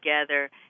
together